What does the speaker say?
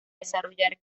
desarrollar